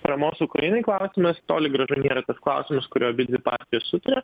paramos ukrainai klausimas toli gražu nėra tas klausimas kuriuo abi partijos sutaria